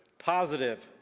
positive.